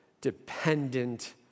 Dependent